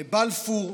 לבלפור,